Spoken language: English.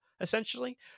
essentially